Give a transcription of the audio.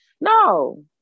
No